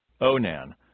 Onan